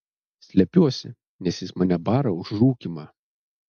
slepiuosi nes jis mane bara už rūkymą